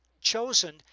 chosen